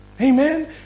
Amen